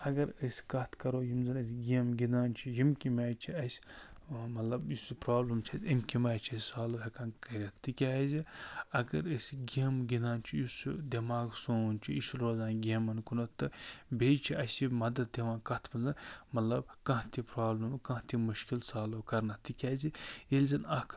اگر أسۍ کَتھ کَرو یِم زن أسۍ گیٚمہٕ گِنٛدان چھِ یِم کٔمہِ آیہِ چھِ اَسہِ مطلب یُس سُہ پرٛابلِم چھِ اَمہِ کٔمہِ آیہِ چھِ أسۍ سالوٗ ہٮ۪کان کٔرِتھ تِکیٛازِ اگر أسۍ گیٚمہِ گِنٛدان چھِ یُس سُہ دٮ۪ماغ سون چھُ یہِ چھُ روزان گیٚمن کُنتھ تہٕ بیٚیہِ چھِ اَسہِ مدتھ دِوان کَتھ منٛز مطلب کانٛہہ تہِ پرٛابلِم کانٛہہ تہِ مُشکِل سالوٗ کَرنس تِکیٛازِ ییٚلہِ زن اَکھ